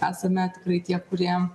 esame tikrai tie kurie